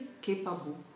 capable